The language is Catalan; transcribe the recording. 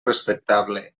respectable